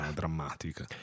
drammatica